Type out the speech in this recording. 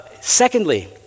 Secondly